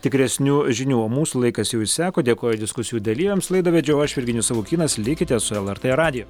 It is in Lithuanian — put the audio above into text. tikresnių žinių o mūsų laikas jau išseko dėkoju diskusijų dalyviams laidą vedžiau aš virginijus savukynas likite su lrt radiju